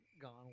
gone